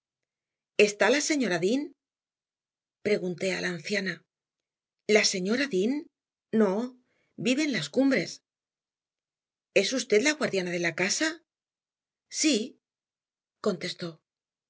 está la señora dean pregunté a la anciana la señora dean no vive en las cumbres es usted la guardiana de la casa sí contestó